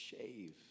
shave